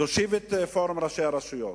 תושיב את פורום ראשי הרשויות.